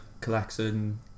collection